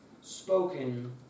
spoken